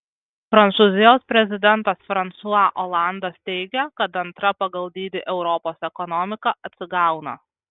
prancūzijos prezidentas fransua olandas teigia kad antra pagal dydį europos ekonomika atsigauna